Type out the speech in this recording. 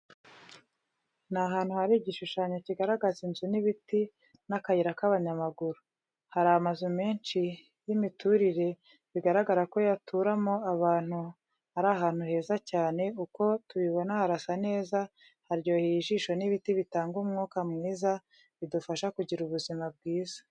Ni ahanu hari igishushanyo kigaragaza inzu n'ibiti n'akayira k'abanyamaguru, hariho amazu menshi cy'imiturire bigaragara ko yaturamo abantu ari ahantu heza cyane uko tubibona harasa neza haryoheye ijisho n'ibiti bitanga umwuka mwiza bidufasha kugira ubuzima bwiza.